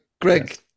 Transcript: Greg